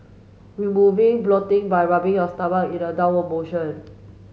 removing bloating by rubbing your stomach in a downward motion